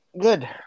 Good